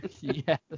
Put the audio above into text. Yes